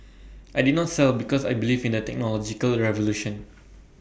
I did not sell because I believe in the technological revolution